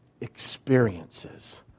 experiences